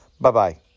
Bye-bye